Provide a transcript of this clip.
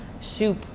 soup